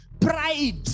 Pride